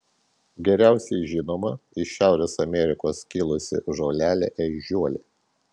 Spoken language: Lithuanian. geriausiai žinoma iš šiaurės amerikos kilusi žolelė ežiuolė